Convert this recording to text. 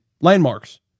Landmarks